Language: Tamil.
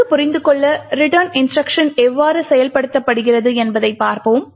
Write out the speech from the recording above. நன்கு புரிந்துகொள்ள return இன்ஸ்ட்ருக்ஷன் எவ்வாறு செயல்படுத்தப்படுகிறது என்பதைப் பார்ப்போம்